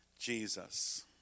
Jesus